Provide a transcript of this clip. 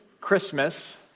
Christmas